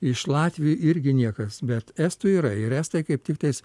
iš latvių irgi niekas bet estų yra ir estai kaip tiktais